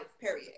period